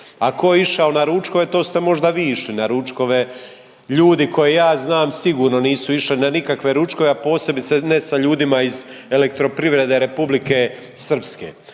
tko je išao na ručkove, to ste možda vi išli na ručkove. Ljudi koji ja znam sigurno nisu išli na nikakve ručkove, a posebice ne sa ljudima iz Elektroprivrede Republike Srpske.